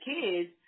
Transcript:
kids